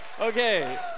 Okay